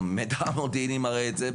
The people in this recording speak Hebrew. המידע המודיעיני מראה את זה,